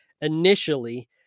initially